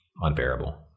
unbearable